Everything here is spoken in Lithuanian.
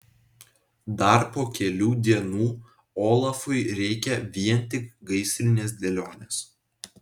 dar po kelių dienų olafui reikia vien tik gaisrinės dėlionės